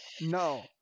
no